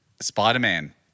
Spider-Man